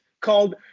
called